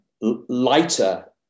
lighter